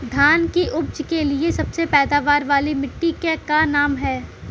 धान की उपज के लिए सबसे पैदावार वाली मिट्टी क का नाम ह?